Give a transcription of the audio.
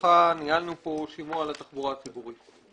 בראשותך ניהלנו פה שימוע על התחבורה הציבורית,